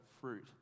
fruit